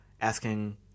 asking